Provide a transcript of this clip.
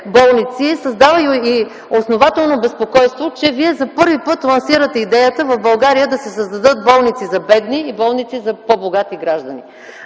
болници, създава и основателно безпокойство, че Вие за първи път лансирате идеята в България да се създадат болници за бедни и болници за по-богати граждани.